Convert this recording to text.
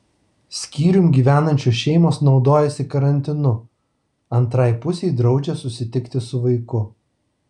skyrium gyvenančios šeimos naudojasi karantinu antrai pusei draudžia susitikti su vaiku